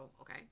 okay